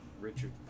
Richard